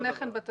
לפני כן בתקש"ח,